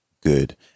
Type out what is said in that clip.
good